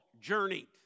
journeyed